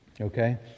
Okay